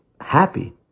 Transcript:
happy